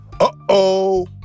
Uh-oh